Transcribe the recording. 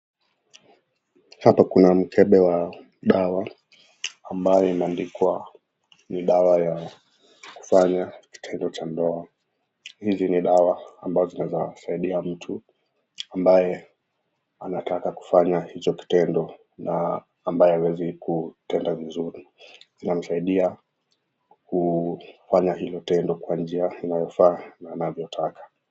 Hapa kuna mkebbe wa dawa ambayo imeandikwa ni dawa ya kufanya kitendo cha ndoa. Hizi ni dawa ambazo zinaweza kusaidia mtu ambaye anataka kufanya hicho kitendo na ambaye hawezi kutenda vizuri. Zinammsaidia kufanya hilo tendo kwa njia inayofaa na anavyotaka.